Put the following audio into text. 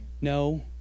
No